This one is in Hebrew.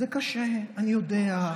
זה קשה, אני יודע.